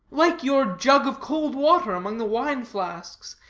like your jug of cold water among the wine-flasks,